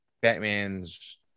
batman's